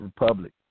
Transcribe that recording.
Republic